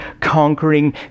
conquering